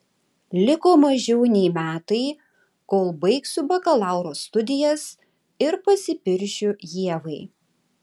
liko mažiau nei metai kol baigsiu bakalauro studijas ir pasipiršiu ievai